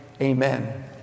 amen